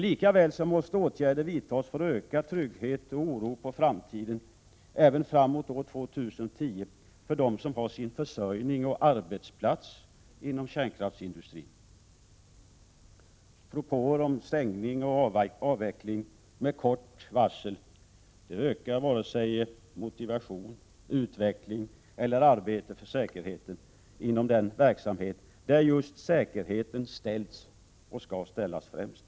Lika väl måste åtgärder vidtas för att öka tryggheten och dämpa oron inför framtiden även framåt år 2010 för dem som har sin försörjning och sin arbetsplats inom kärnkraftsindustrin. Propåer om stängning och avveckling med kort varsel ökar vare sig motivation och utveckling eller arbete för säkerheten inom den verksamhet där just säkerheten ställs och skall ställas främst.